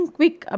Quick